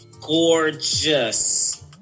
gorgeous